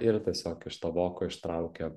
ir tiesiog iš to voko ištraukė